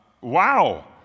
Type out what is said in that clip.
wow